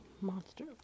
monster